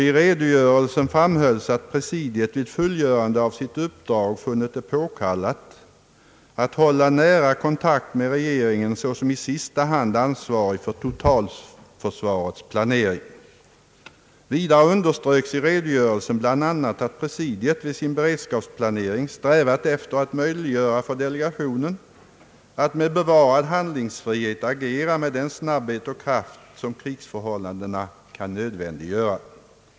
I redogörelsen framhölls att presidiet vid fullgörandet av sitt uppdrag funnit det påkallat att hålla nära kontakt med regeringen såsom i sista hand ansvarig för totalförsvarets planering. Vidare underströks i redogörelsen bl.a. att presidiet vid sin beredskapsplanering strävat efter att möjliggöra för delegationen att med bevarad handlingsfrihet agera med den snabbhet och kraft som krigsförhållandena kan nödvändiggöra.